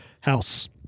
House